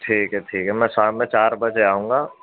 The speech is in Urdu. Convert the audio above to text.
ٹھیک ہے ٹھیک ہے میں شام میں چار بجے آؤں گا